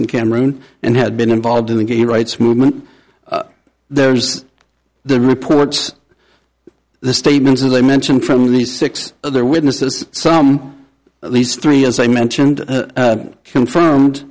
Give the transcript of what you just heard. in cameroon and had been involved in the gay rights movement there's the reports the statements as i mentioned from the six other witnesses some at least three as i mentioned confirmed